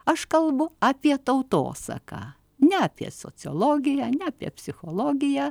aš kalbu apie tautosaką ne apie sociologiją ne apie psichologiją